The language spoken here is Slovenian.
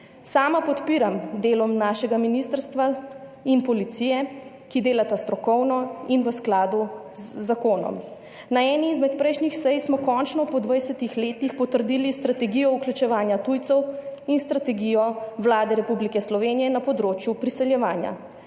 Sama podpiram delo našega ministrstva in policije, ki delata strokovno in v skladu z zakonom. Na eni izmed prejšnjih sej smo končno po 20 letih potrdili strategijo vključevanja tujcev in strategijo Vlade Republike Slovenije na področju priseljevanja.